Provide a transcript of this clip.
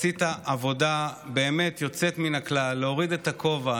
עשית עבודה באמת יוצאת מן הכלל, להוריד את הכובע.